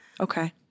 Okay